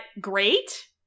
great